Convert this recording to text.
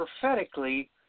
prophetically